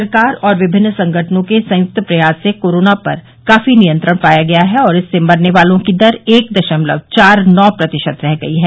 सरकार और विभिन्न संगठनों के संयुक्त प्रयास से कोरोना पर काफी नियंत्रण पाया गया है और इससे मरने वालों की दर एक दशमलव चार नौ प्रतिशत रह गई है